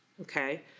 okay